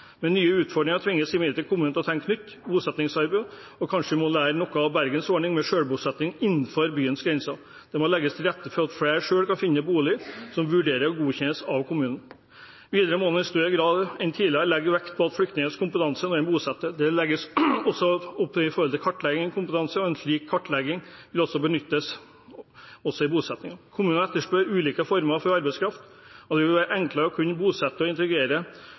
nye utfordringer tvinges imidlertid kommunene til å tenke nytt i bosettingsarbeidet og må kanskje lære noe av Bergens ordning med selvbosetting innenfor byens grenser. Det må legges til rette for at flere selv kan finne bolig, som vurderes og godkjennes av kommunen. Videre må man i større grad enn tidligere legge vekt på flyktningenes kompetanse når man bosetter. Det legges også opp til kartlegging av kompetanse. En slik kartlegging vil benyttes også i bosettingen. Kommunene etterspør ulike former for arbeidskraft, og det vil være enklere å kunne bosette og integrere